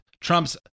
Trump's